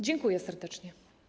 Dziękuję serdecznie.